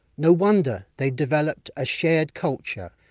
no wonder, they developed a shared culture,